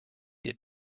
did